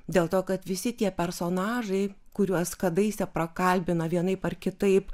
dėl to kad visi tie personažai kuriuos kadaise prakalbino vienaip ar kitaip